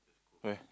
where